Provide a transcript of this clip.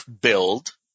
build